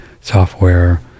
software